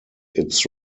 its